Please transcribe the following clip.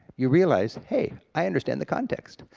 you realize, hey i understand the context,